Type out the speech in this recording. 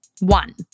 One